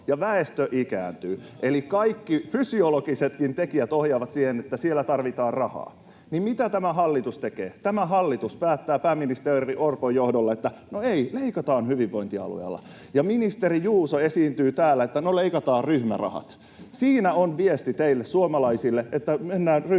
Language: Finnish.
ja väestö ikääntyy, eli kaikki fysiologisetkin tekijät ohjaavat siihen, että siellä tarvitaan rahaa, niin mitä tämä hallitus tekee? Tämä hallitus päättää pääministeri Orpon johdolla, että no ei, leikataan hyvinvointialueilla. Ja ministeri Juuso esiintyy täällä, että no leikataan ryhmärahat. Siinä on viesti teille suomalaisille, että mennään ryhmärahoista